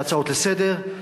בהצעות לסדר-היום,